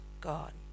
God